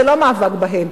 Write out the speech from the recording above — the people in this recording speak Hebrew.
זה לא מאבק בהן,